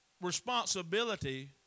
responsibility